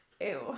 ew